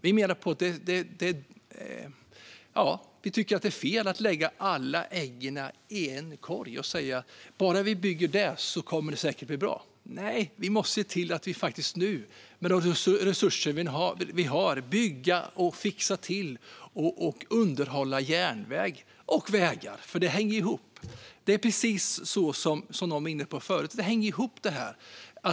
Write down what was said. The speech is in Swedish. Vi tycker att det är fel att lägga alla ägg i en korg och säga: Bara vi bygger detta kommer det säkert att bli bra. Vi måste, med de resurser vi har, nu se till att bygga, fixa till och underhålla både järnväg och vägar. Det hänger nämligen ihop, precis som någon var inne på förut.